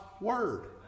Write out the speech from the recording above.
Word